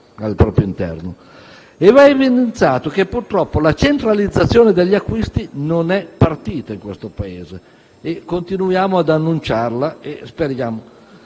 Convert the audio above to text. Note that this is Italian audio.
Va evidenziato che purtroppo la centralizzazione degli acquisti non è partita in questo Paese; continuiamo ad annunciarla e speriamo